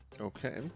Okay